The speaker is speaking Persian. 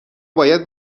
باید